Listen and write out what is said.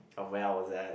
of where I was at